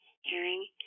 hearing